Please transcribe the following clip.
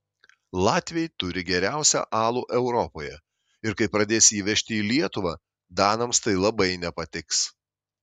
latviai turi geriausią alų europoje ir kai pradės jį vežti į lietuvą danams tai labai nepatiks